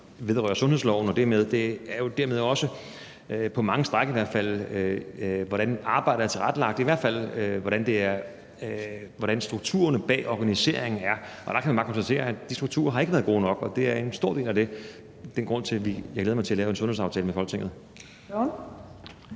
vedrører sundhedsloven, og det er jo dermed også, på mange stræk i hvert fald, hvordan arbejdet er tilrettelagt, eller i hvert fald hvordan strukturen bag organiseringen er. Og der kan man bare konstatere, at de strukturer ikke har været gode nok, og det er en stor del af grunden til, at jeg glæder mig til at lave en sundhedsaftale med Folketinget. Kl.